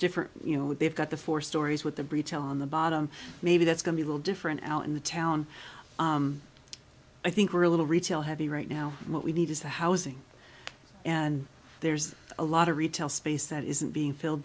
different you know they've got the four storeys with the breach on the bottom maybe that's going to a little different out in the town i think we're a little retail heavy right now what we need is a housing and there's a lot of retail space that isn't being filled